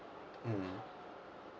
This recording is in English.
mmhmm